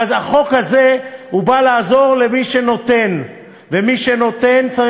אז הנה, מחר בשעה 15:30 תתכנס הוועדה, ויהיה